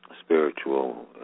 spiritual